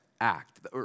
act